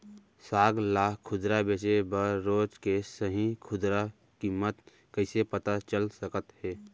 साग ला खुदरा बेचे बर रोज के सही खुदरा किम्मत कइसे पता चल सकत हे?